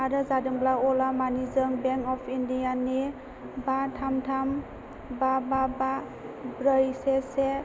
आरो जादोंब्ला अला मानिजों बेंक अप इ़़ण्डियानि बा थाम थाम बा बा बा ब्रै से से